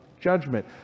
judgment